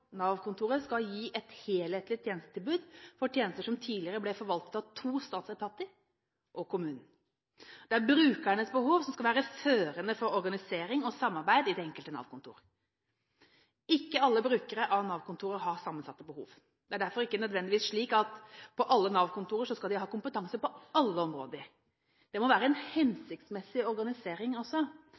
skal gi et helhetlig tjenestetilbud for tjenester som tidligere ble forvaltet av to statsetater og kommunene. Det er brukernes behov som skal være førende for organisering og samarbeid i det enkelte Nav-kontor. Ikke alle brukere av Nav-kontorer har sammensatte behov. Det er derfor ikke nødvendigvis slik at man på alle Nav-kontorer skal ha kompetanse på alle områder. Det må være en hensiktsmessig organisering også.